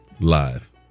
Live